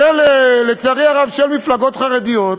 ואלה, לצערי הרב, של מפלגות חרדיות,